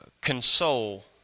console